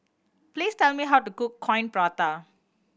please tell me how to cook Coin Prata